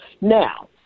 Now